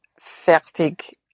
fertig